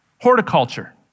horticulture